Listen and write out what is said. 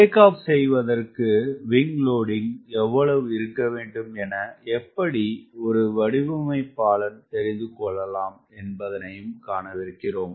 take off செய்வதற்கு wing loading எவ்வளவு இருக்கவேண்டும் என எப்படி ஒரு வடிவமைப்பாளன் தெரிந்துகொள்ளலாம் என்பதனையும் காணவிருக்கிறோம்